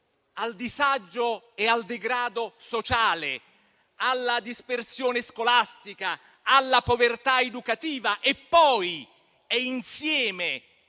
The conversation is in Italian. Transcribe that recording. al disagio e al degrado sociale, alla dispersione scolastica, alla povertà educativa e allo stesso